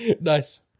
Nice